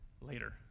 later